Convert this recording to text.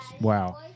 Wow